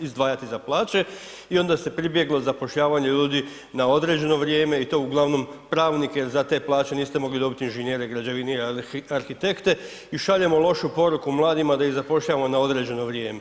izdvajati za plaće i onda se pribjeglo zapošljavanju ljudi na određeno vrijeme i to uglavnom pravnike, za te plaće niste mogli dobit inženjere, građevinare i arhitekte i šaljemo lošu poruku mladima da ih zapošljavamo na određeno vrijeme.